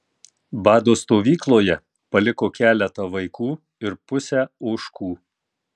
bado stovykloje paliko keletą vaikų ir pusę ožkų